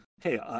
hey